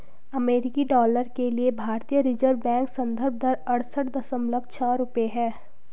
अमेरिकी डॉलर के लिए भारतीय रिज़र्व बैंक संदर्भ दर अड़सठ दशमलव छह रुपये है